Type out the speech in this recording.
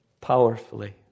powerfully